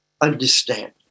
understand